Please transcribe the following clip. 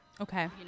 Okay